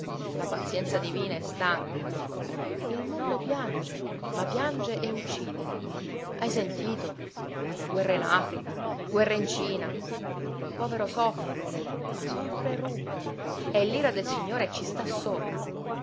la pazienza divina è stanca il mondo piange ma piange e uccide hai sentito guerra in africa guerra in cina il povero soffre ma soffre e ruba e l'ira del signore ci sta sopra